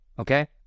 Okay